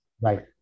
right